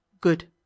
Good